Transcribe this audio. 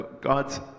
God's